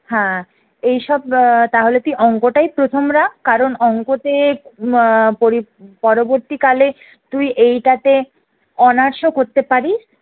হ্যাঁ এইসব তাহলে তুই অঙ্কটাই প্রথম রাখ কারণ অঙ্কতে পরি পরবর্তীকালে তুই এইটাতে অনার্সও করতে পারিস